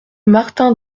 martin